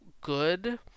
good